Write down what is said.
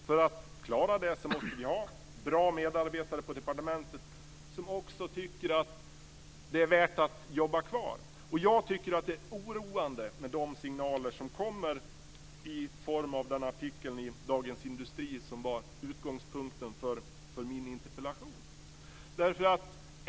För att klara det behövs det bra medarbetare på departementet, medarbetare som också tycker att det är värt att stanna kvar där. Jag tycker att det är oroande med de signaler som kommer i form av den artikel i Dagens Industri som var utgångspunkten för min interpellation.